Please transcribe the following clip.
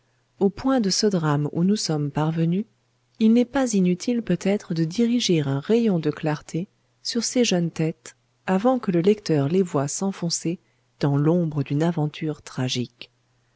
au point de ce drame où nous sommes parvenus il n'est pas inutile peut-être de diriger un rayon de clarté sur ces jeunes têtes avant que le lecteur les voie s'enfoncer dans l'ombre d'une aventure tragique